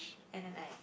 and then like